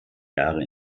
jahre